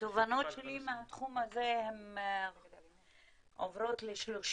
התובנות שלי מהתחום הזה עוברות ל-30,